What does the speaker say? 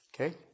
Okay